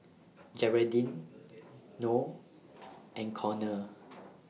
Geraldine Noe and Conor